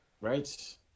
Right